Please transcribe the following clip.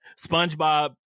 SpongeBob